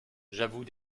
j’avoue